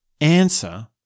answer